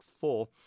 four